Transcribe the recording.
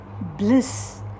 bliss